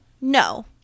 no